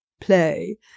play